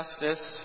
justice